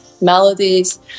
melodies